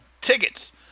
tickets